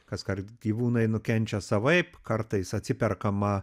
kaskart gyvūnai nukenčia savaip kartais atsiperkama